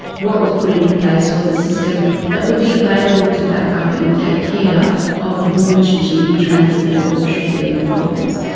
what was put into place was a system that would be available to backup and take care of the woman, should she need transfer or should there be problems.